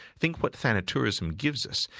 think what thanatourism gives us,